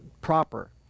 proper